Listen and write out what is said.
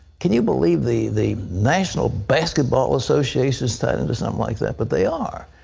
can you believe the the national basketball association is tied into something like that? but they are.